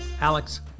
Alex